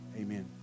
amen